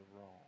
wrong